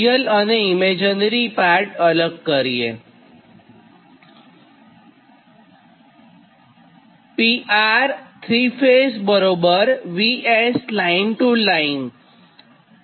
real અને imaginary part અલગ કરીએ